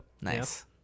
Nice